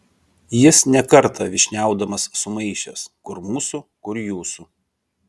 jis ne kartą vyšniaudamas sumaišęs kur mūsų kur jūsų